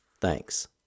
Thanks